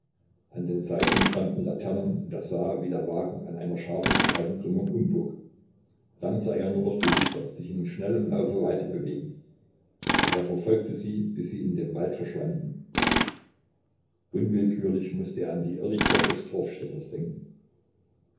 an den seiten brannten laternen und er sah wie der wagen an einer scharfen straßenkrümmung umbog dann sah er nur noch die lichter sich in schnellem laufe weiter bewegen er verfolgte sie bis sie in dem wald verschwanden unwillkürlich mußte er an die irrlichter des torfstechers denken